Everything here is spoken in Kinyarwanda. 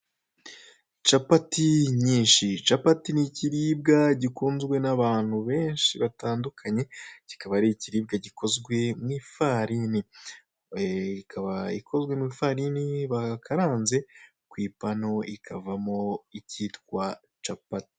Capati nyinshi; capati ni ikiribwa gikunzwe n'abantu benshi batandukanye kikaba ari ikiribwa gikozwe mu ifarini, ikaba ikozwe mu ifarini bakaranze ku ipanu ikavamo ikitwa capati.